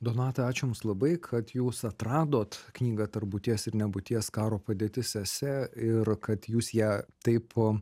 donata ačiū jums labai kad jūs atradot knygą tarp būties ir nebūties karo padėtis ese ir kad jūs ją taip